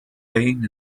pain